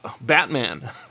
Batman